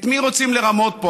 את מי רוצים לרמות פה?